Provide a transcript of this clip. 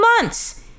months